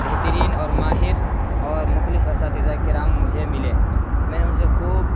بہترین اور ماہر اور مخلص اساتذہ کرام مجھے ملے میں نے ان سے خوب